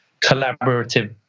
collaborative